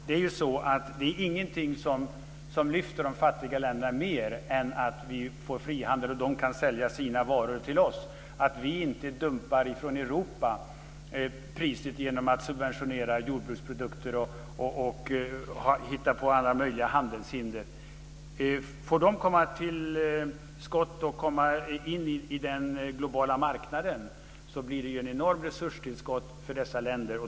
Det finns ingenting som lyfter de fattiga länderna mer än att vi får frihandel, att de kan sälja sina varor till oss och att vi från Europas sida inte dumpar priset genom att subventionera jordbruksprodukter och hitta på alla möjliga handelshinder. Får de komma till skott och komma in på den globala marknaden blir det ett enormt resurstillskott för dessa länder.